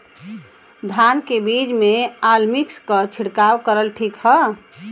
धान के बिज में अलमिक्स क छिड़काव करल ठीक ह?